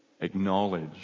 acknowledge